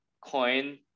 coin